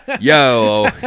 Yo